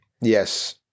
Yes